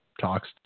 talks